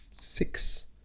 six